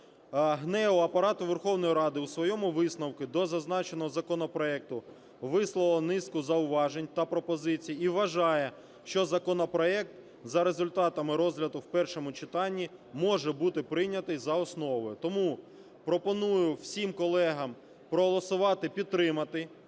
ГНЕУ Апарату Верховної Ради у своєму висновку до зазначеного законопроекту висловило низку зауважень та пропозицій і вважає, що законопроект за результатами розгляду в першому читанні може бути прийняти за основу. Тому пропоную всім колегам проголосувати і підтримати.